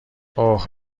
اوه